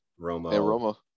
Romo